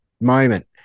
moment